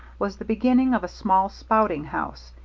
was the beginning of a small spouting house,